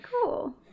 cool